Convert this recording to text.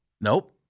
Nope